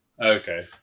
okay